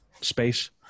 space